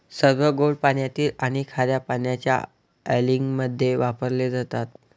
सर्व गोड पाण्यातील आणि खार्या पाण्याच्या अँलिंगमध्ये वापरले जातात